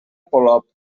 polop